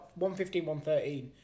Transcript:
115-113